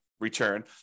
Return